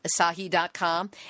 Asahi.com